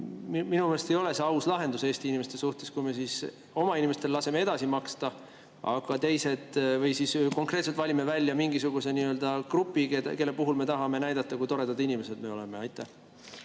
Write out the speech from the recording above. Minu meelest ei ole see aus lahendus Eesti inimeste suhtes, kui me oma inimestel laseme edasi maksta, aga siis konkreetselt valime välja mingisuguse grupi, kelle puhul me tahame näidata, kui toredad inimesed me oleme. Suur